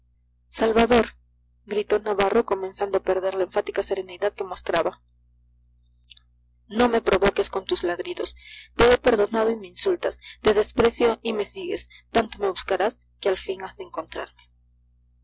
salvador gritó navarro comenzando a perder la enfática serenidad que mostraba no me provoques con tus ladridos te he perdonado y me insultas te desprecio y me sigues tanto me buscarás que al fin has de encontrarme